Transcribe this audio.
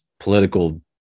political